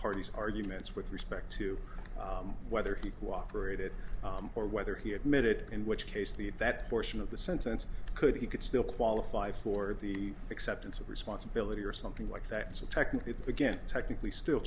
parties arguments with respect to whether he cooperated or whether he admitted in which case the that portion of the sentence could he could still qualify for the acceptance of responsibility or something like that so technically it's again technically still